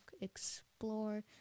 explore